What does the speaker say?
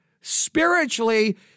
Spiritually